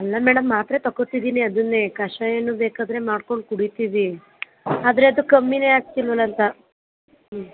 ಅಲ್ಲ ಮೇಡಮ್ ಮಾತ್ರೆ ತಗೊಳ್ತಿದ್ದೀನಿ ಅದನ್ನೆ ಕಷಾಯನೂ ಬೇಕಾದರೆ ಮಾಡ್ಕೊಂಡು ಕುಡಿತೀವಿ ಆದರೆ ಅದು ಕಮ್ಮಿನೆ ಆಗ್ತಿಲ್ವಲ್ಲಂತ ಹ್ಞೂ